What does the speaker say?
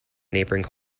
neighbouring